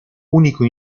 unico